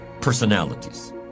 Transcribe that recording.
personalities